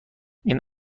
این